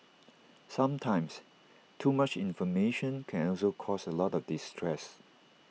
sometimes too much information can also cause A lot of distress